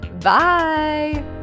Bye